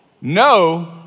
No